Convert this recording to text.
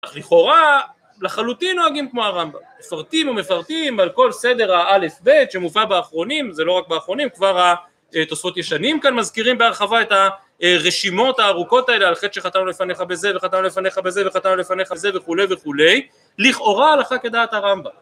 אך לכאורה לחלוטין נוהגים כמו הרמב״ם, מפרטים ומפרטים על כל סדר האלף בית שמובא באחרונים, זה לא רק באחרונים, כבר התוספות ישנים כאן מזכירים בהרחבה את הרשימות הארוכות האלה, על חטא שחטאנו לפניך בזה וחטאנו לפניך בזה וחטאנו לפניך בזה וכולי וכולי, לכאורה הלכה כדעת הרמב״ם